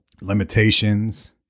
limitations